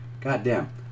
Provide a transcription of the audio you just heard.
goddamn